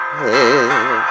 hey